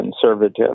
conservative